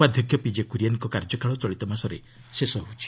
ଉପାଧ୍ୟକ୍ଷ ପିଜେ କ୍ରିଏନ୍ଙ୍କ କାର୍ଯ୍ୟକାଳ ଚଳିତ ମାସରେ ହୋଇଯାଉଛି